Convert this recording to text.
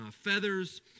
feathers